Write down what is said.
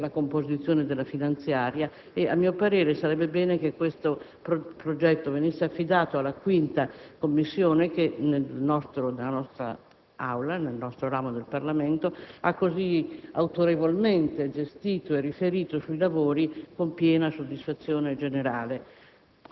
per la composizione della finanziaria e sarebbe bene che questo progetto venisse affidato alla 5a Commissione del nostro ramo del Parlamento che ha così autorevolmente gestito e riferito sui lavori con piena soddisfazione generale.